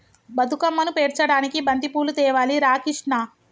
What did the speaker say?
బతుకమ్మను పేర్చడానికి బంతిపూలు తేవాలి రా కిష్ణ